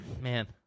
Man